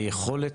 היכולת,